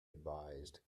advised